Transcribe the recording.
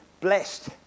blessed